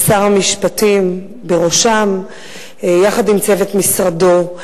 ושר המשפטים בראשם יחד עם צוות משרדו.